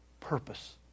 purpose